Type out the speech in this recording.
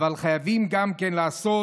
חייבים גם כן לעשות,